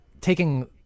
taking